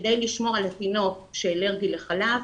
וכדי לשמור על התינוק שאלרגי לחלב,